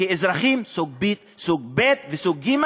כאל אזרחים סוג ב' וסוג ג',